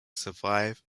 survive